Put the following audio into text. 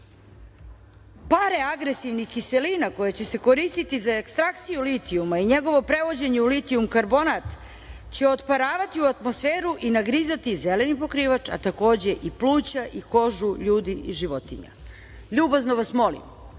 Pare agresivnih kiselina koje će se koristiti za ekstrakciju litijuma i njegovo prevođenje u litijum karbonat će otparavati u atmosferu i nagrizati zeleni pokrivač, a takođe i pluća i kožu ljudi i životinja. Ljubazno vas molim,